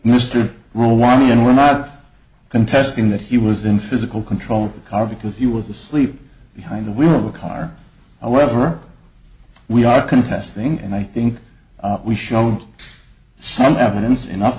mr rawabi and we're not contesting that he was in physical control of the car because he was asleep behind the wheel of a car or whatever we are contesting and i think we shown some evidence enough